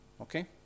Okay